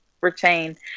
retain